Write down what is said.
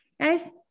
Guys